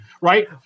right